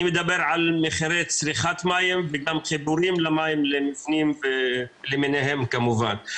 אני מדבר על מחירי צריכת מים וגם חיבורים למים למבנים למיניהם כמובן.